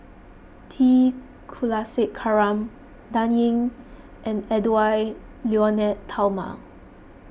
T Kulasekaram Dan Ying and Edwy Lyonet Talma